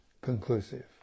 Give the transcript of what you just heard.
conclusive